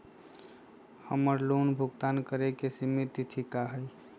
हमर लोन भुगतान करे के सिमित तिथि का हई?